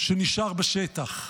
שנשאר בשטח.